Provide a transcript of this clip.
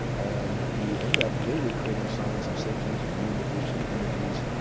and you end up literally creating signs and symptoms, immune-deficient energies,